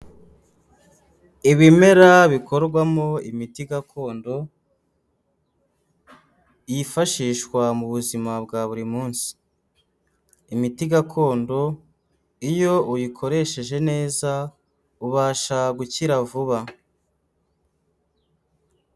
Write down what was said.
Ibimera bikorwamo imiti gakondo yifashishwa mu buzima bwa buri munsi, imiti gakondo iyo uyikoresheje neza ubasha gukira vuba.